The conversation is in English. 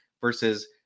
versus